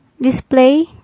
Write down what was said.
display